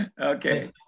Okay